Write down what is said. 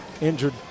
injured